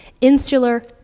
insular